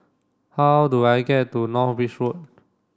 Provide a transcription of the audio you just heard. how do I get to North Bridge Road